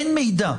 אין מידע,